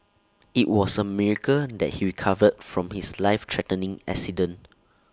IT was A miracle that he recovered from his life threatening accident